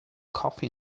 coffee